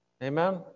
Amen